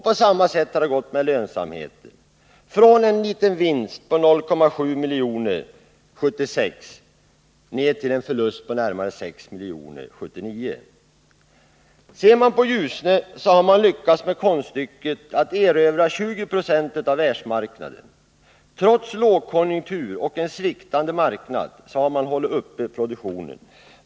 På samma sätt har det gått med lönsamheten — från en liten vinst på 0,7 milj.kr. 1976 till en förlust på närmare 6 milj.kr. 1979. Ser vi på Ljusne, finner vi att man där lyckats med konststycket att erövra 20 20 av världsmarknaden. Trots lågkonjunktur och en sviktande marknad har man hållit produktionen uppe.